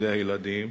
על-ידי ילדים,